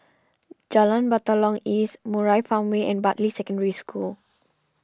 Jalan Batalong East Murai Farmway and Bartley Secondary School